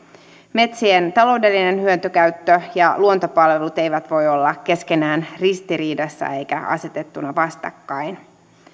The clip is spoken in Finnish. metsien taloudellinen hyötykäyttö ja luontopalvelut eivät voi olla keskenään ristiriidassa eikä asetettuina vastakkain